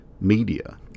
media